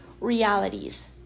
realities